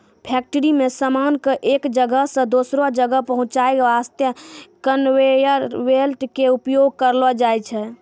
factory मॅ सामान कॅ एक जगह सॅ दोसरो जगह पहुंचाय वास्तॅ कनवेयर बेल्ट के उपयोग करलो जाय छै